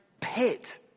pit